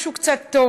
משהו קצת טוב.